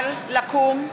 והקהל לקום.